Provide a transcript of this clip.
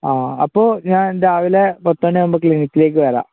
ആ അപ്പോള് ഞാൻ രാവിലെ പത്ത് മണിയാകുമ്പോള് ക്ലിനിക്കിലേക്ക് വരാം